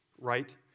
right